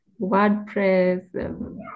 WordPress